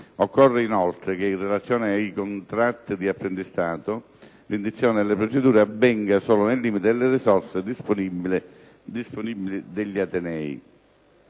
Occorre inoltre che, in relazione ai contratti di apprendistato, l'indizione delle procedure avvenga solo nel limite delle risorse disponibili degli atenei».